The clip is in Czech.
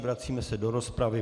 Vracíme se do rozpravy.